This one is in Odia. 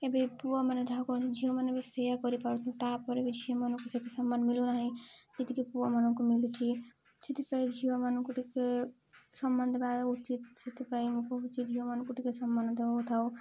ଏବେ ପୁଅମାନେ ଯାହା କରନ୍ତି ଝିଅମାନେ ବି ସେଇଆ କରିପାରୁଛନ୍ତି ତାପରେ ବି ଝିଅମାନଙ୍କୁ ସେତିକି ସମ୍ମାନ ମିଳୁନାହିଁ ଯେତିକି ପୁଅମାନଙ୍କୁ ମିଲୁଛି ସେଥିପାଇଁ ଝିଅମାନଙ୍କୁ ଟିକେ ସମ୍ମାନ ଦେବା ଉଚିତ ସେଥିପାଇଁ ମୁଁ କହୁଛି ଝିଅମାନଙ୍କୁ ଟିକେ ସମ୍ମାନ ଦିଆ ହଉଥାଉ